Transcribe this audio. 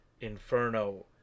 Inferno